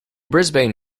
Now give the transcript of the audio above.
brisbane